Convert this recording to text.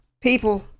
people